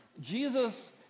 Jesus